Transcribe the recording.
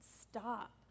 stop